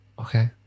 okay